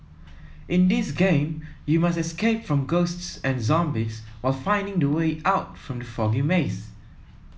in this game you must escape from ghosts and zombies while finding the way out from the foggy maze